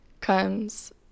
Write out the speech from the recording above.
comes